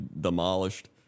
demolished